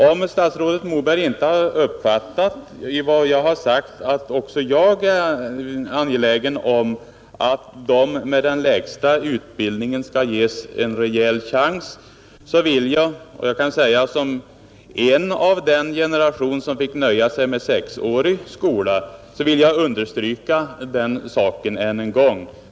Om statsrådet Moberg inte uppfattat att jag sagt att också jag är angelägen om att de med den lägsta utbildningen skall ges en rejäl chans, vill jag — jag kan göra det såsom tillhörande den generation som fick nöja sig med 6-årig skola — än en gång understryka det.